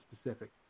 specific